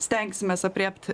stengsimės aprėpti